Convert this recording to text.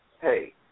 hey